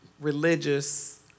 religious